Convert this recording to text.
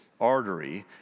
artery